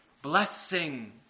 Blessing